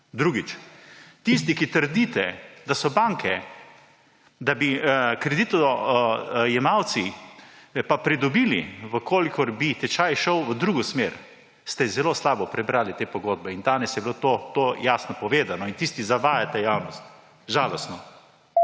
Drugič. Tisti, ki trdite, da bi kreditojemalci pa pridobili, v kolikor bi tečaj šel v drugo smer, ste zelo slabo prebrali te pogodbe in danes je bilo to jasno povedano. In tisti zavajate javnost. Žalostno,